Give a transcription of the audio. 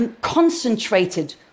concentrated